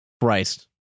Christ